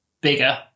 bigger